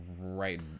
right